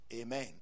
Amen